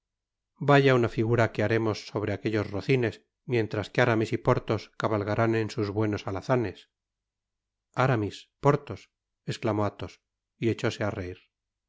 vaya una figura que haremos sobre aquellos rocines mientras que aramis y porthos cabalgarán en sus buenos alazanes aramis porthos esclamó athos y echóse áreir qué